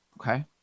okay